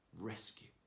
rescue